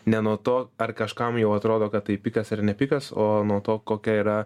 ne nuo to ar kažkam jau atrodo kad tai pikas ar ne pikas o nuo to kokia yra